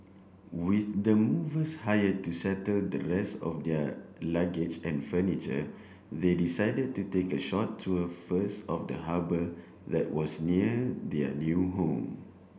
with the movers hired to settle the rest of their luggage and furniture they decided to take a short tour first of the harbour that was near their new home